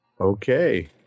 Okay